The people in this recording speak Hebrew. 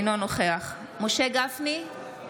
אינו נוכח משה גפני,